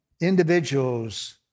individuals